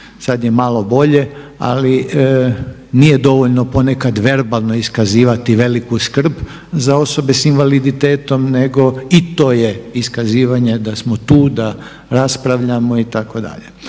sad je malo bolje ali nije dovoljno ponekad verbalno iskazivati veliku skrb za osobe s invaliditetom nego i to je iskazivanje da smo tu, da raspravljamo itd.